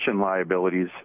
liabilities